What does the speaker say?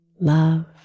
love